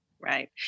Right